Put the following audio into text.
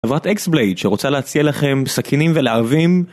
חברת אקסבלייד שרוצה להציע לכם סכינים ולהבים